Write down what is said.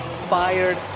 fired